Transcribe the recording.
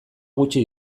gutxi